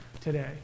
today